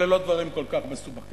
אלה לא דברים כל כך מסובכים.